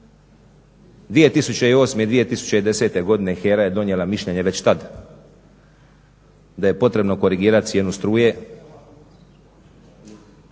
2008. i 2010. godine HERA je donijela mišljenje već tad da je potrebno korigirat cijenu struje,